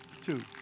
Two